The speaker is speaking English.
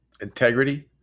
Integrity